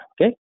Okay